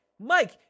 Mike